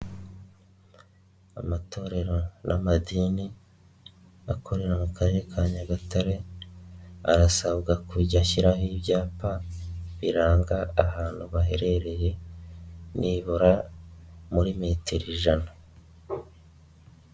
Amatorero n'amadini akorera mu karere ka Nyagatare, arasabwa kujya ashyiraho ibyapa biranga ahantu baherereye, nibura muri metero ijana.